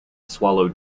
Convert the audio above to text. swallow